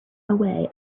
away